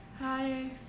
hi